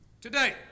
Today